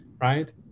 right